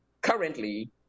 currently